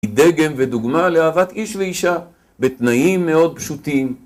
היא דגם ודוגמה לאהבת איש ואישה בתנאים מאוד פשוטים.